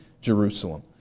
Jerusalem